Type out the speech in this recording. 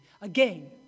Again